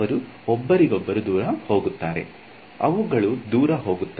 ಅವರು ಒಬ್ಬರಿಗೊಬ್ಬರು ದೂರ ಹೋಗುತ್ತಾರೆ ಅವುಗಳು ದೂರ ಹೋಗುತ್ತವೆ